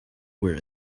were